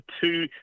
two